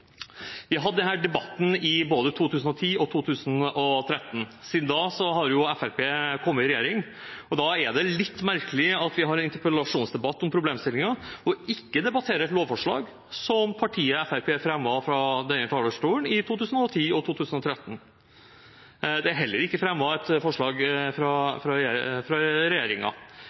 Vi hadde denne debatten både i 2010 og i 2013. Siden da har Fremskrittspartiet kommet i regjering, og da er det litt merkelig at vi har en interpellasjonsdebatt om problemstillingen, og ikke debatterer et lovforslag som Fremskrittspartiet fremmet fra denne talerstolen både i 2010 og i 2013. Det er heller ikke fremmet et forslag